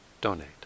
donate